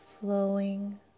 flowing